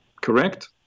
Correct